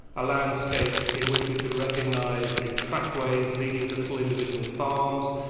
a landscape in which we could recognise the trackways leading to little individual farms,